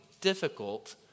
difficult